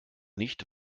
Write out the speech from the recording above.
nicht